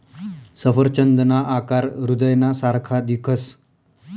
सफरचंदना आकार हृदयना सारखा दिखस